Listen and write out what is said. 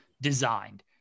designed